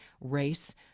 race